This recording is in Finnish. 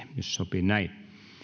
sopii näin